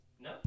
No